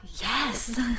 Yes